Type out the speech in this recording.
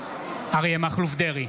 בעד אריה מכלוף דרעי,